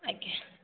ଆଜ୍ଞା